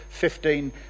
15